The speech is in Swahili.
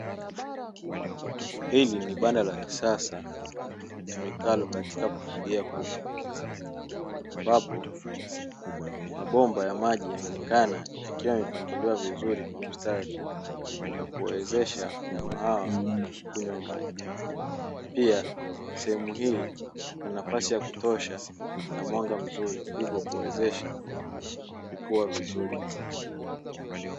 Hili ni banda la kisasa tumikalo katika kufugia kuku ambapo mabomba ya maji yanaonekana yakiwa yamepangiliwa vizuri kwa mstari, na kuwawezesha wanyama hawa kunywa maji, pia sehemu hii na nafasi ya kutosha na mwanga mzuri hivyo kuwezesha kukua vizuri.